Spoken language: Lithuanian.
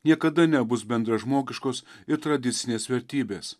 niekada nebus bendražmogiškos ir tradicinės vertybės